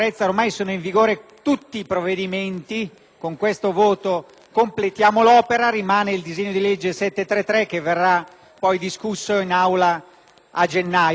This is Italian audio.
tutti i provvedimenti. Con questo voto completiamo l'opera; rimane il disegno di legge n. 733, che verrà discusso in Aula a gennaio, alla ripresa dei lavori.